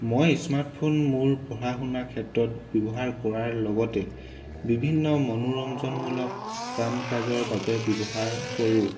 মই স্মাৰ্টফোন মোৰ পঢ়া শুনাৰ ক্ষেত্ৰত ব্যৱহাৰ কৰাৰ লগতে বিভিন্ন মনোৰঞ্জনমূলক কাম কাজৰ বাবে ব্যৱহাৰ কৰোঁ